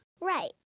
Right